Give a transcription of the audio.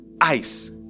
ice